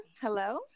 Hello